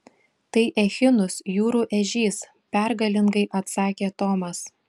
tai echinus jūrų ežys pergalingai atsakė tomas